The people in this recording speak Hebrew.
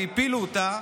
הפילו אותה